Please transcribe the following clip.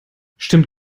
stimmt